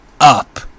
up